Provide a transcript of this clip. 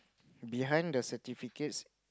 behind the certificate